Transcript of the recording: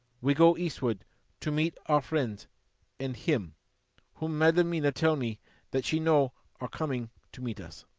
we go eastward to meet our friends and him whom madam mina tell me that she know are coming to meet us.